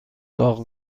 داغ